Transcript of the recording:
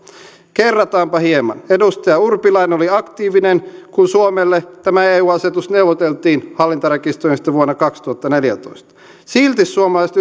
kerrataanpa hieman edustaja urpilainen oli aktiivinen kun suomelle neuvoteltiin tämä eu asetus hallintarekisteristä vuonna kaksituhattaneljätoista silti suomalaiset